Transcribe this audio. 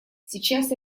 сейчас